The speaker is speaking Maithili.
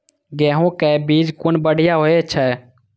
गैहू कै बीज कुन बढ़िया होय छै?